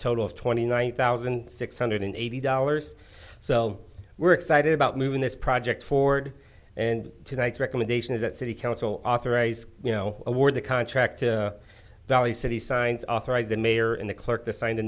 total of twenty nine thousand six hundred eighty dollars so we're excited about moving this project forward and tonight's recommendation is that city council authorized you know award the contracta valley city signs authorized the mayor and the clerk to